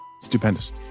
stupendous